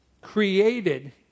created